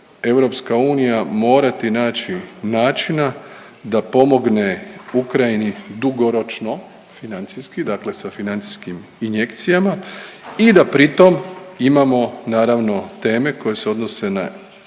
da će EU morati naći načina da pomogne Ukrajini dugoročno financijski, dakle sa financijskim injekcijama i da pritom imamo naravno teme koje se odnose na